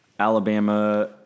Alabama